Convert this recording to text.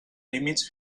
límits